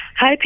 Hi